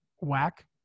whack